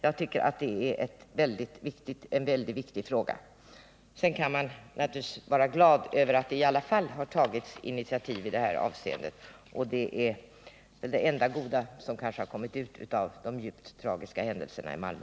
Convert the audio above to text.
Jag tycker att det är en mycket viktig fråga. Sedan kan man naturligtvis vara glad över att det i alla fall har tagits initiativ i detta avseende. Det är kanske det enda goda som kommit ut av de djupt tragiska händelserna i Malmö.